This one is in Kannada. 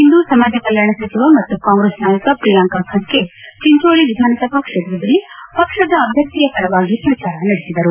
ಇಂದು ಸಮಾಜ ಕಲ್ವಾಣ ಸಚಿವ ಮತ್ತು ಕಾಂಗ್ರೆಸ್ ನಾಯಕ ಪ್ರಿಯಾಂಕಾ ಖರ್ಗೆ ಚಿಂಚೋಳ್ಳಿ ವಿಧಾನಸಭಾ ಕ್ಷೇತ್ರದಲ್ಲಿ ಪಕ್ಷದ ಅಭ್ಯರ್ಥಿಯ ಪರವಾಗಿ ಪ್ರಚಾರ ನಡೆಸಿದರು